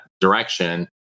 direction